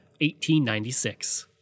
1896